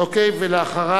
נא להפעיל את